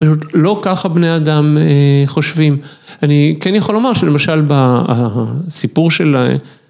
לא ככה בני אדם חושבים, אני כן יכול לומר שלמשל בסיפור של